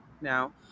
Now